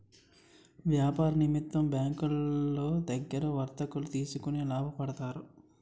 వ్యాపార నిమిత్తం బ్యాంకులో దగ్గర వర్తకులు తీసుకొని లాభపడతారు